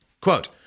Quote